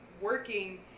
working